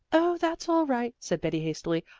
oh, that's all right, said betty hastily.